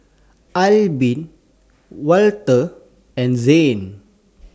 Albin Walter and Zane